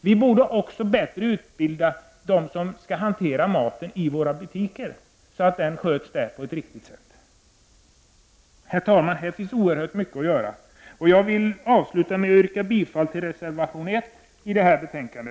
Vi borde också bättre utbilda dem som hanterar maten i våra butiker så att det sker på ett riktigt sätt. Herr talman! På detta område finns oerhört mycket att göra. Låt mig avsluta med att yrka bifall till reservation 1 i detta betänkande.